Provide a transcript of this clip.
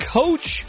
coach